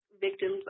victims